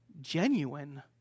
genuine